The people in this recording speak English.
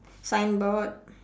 signboard